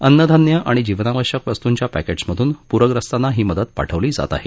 अन्नधान्य आणि जीवनावश्यक वस्तूंच्या पक्रिट्समधून पूर्यस्तांना ही मदत पाठवली जात आहे